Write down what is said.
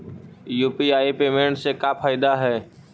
UPI payment से का फायदा है?